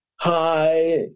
hi